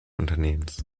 unternehmens